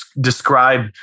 describe